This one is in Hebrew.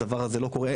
הדבר הזה לא קורה,